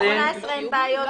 בסעיף 18 אין בעיות.